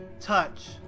touch